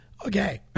Okay